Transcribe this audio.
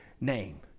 name